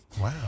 wow